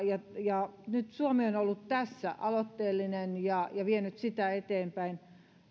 ja nyt suomi ollut tässä aloitteellinen ja ja vienyt sitä eteenpäin